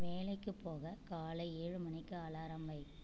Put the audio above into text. வேலைக்கு போக காலை ஏழு மணிக்கு அலாரம் வை